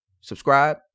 Subscribe